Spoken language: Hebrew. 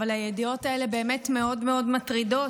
אבל הידיעות האלה באמת מאוד מאוד מטרידות,